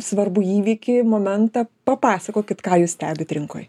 svarbų įvykį momentą papasakokit ką jūs stebit rinkoje